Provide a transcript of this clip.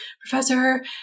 professor